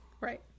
right